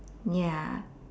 ya